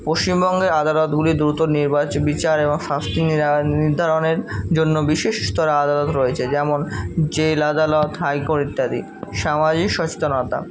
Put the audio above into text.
পশ্চিমবঙ্গের আদালতগুলি দ্রুত নির্বাচ বিচার এবং শাস্তি নির্ধারণের জন্য বিশেষ স্তরে আদালত রয়েছে যেমন জেল আদালত হাই কোর্ট ইত্যাদি সামাজিক সচেতনতা